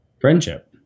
Friendship